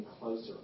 closer